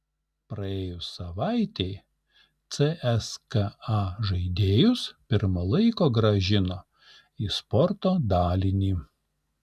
praėjus savaitei cska žaidėjus pirma laiko grąžino į sporto dalinį